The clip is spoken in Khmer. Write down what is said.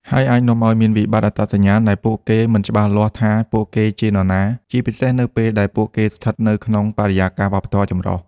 ហើយអាចនាំឱ្យមានវិបត្តិអត្តសញ្ញាណ ដែលពួកគេមិនច្បាស់ថាពួកគេជានរណា ជាពិសេសនៅពេលដែលពួកគេស្ថិតនៅក្នុងបរិយាកាសវប្បធម៌ចម្រុះ។